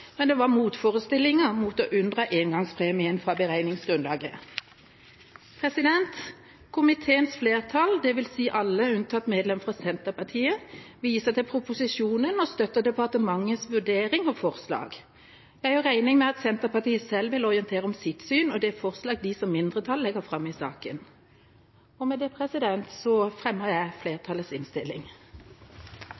men det var motforestillinger mot å unndra endringspremien fra beregningsgrunnlaget. Komiteens flertall, dvs. alle unntatt medlemmet fra Senterpartiet, viser til proposisjonen og støtter departementets vurdering og forslag. Jeg gjør regning med at Senterpartiet selv vil orientere om sitt syn og det forslaget de som mindretall legger fram i saken. Med det